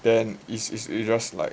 then is is just like